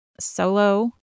solo